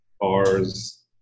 bars